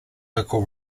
local